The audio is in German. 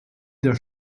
der